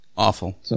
Awful